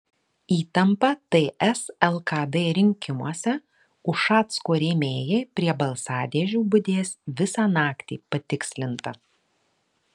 įtampa ts lkd rinkimuose ušacko rėmėjai prie balsadėžių budės visą naktį patikslinta